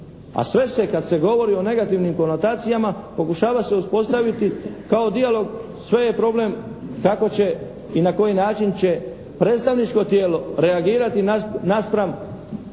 A sve se kad se govori o negativnim konotacijama pokušava se uspostaviti kao dijalog. Sve je problem kako će i na koji način će predstavničko tijelo reagirati naspram